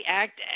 act